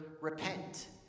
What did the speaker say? Repent